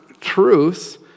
truths